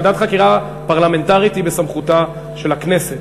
ועדת חקירה פרלמנטרית היא בסמכותה של הכנסת,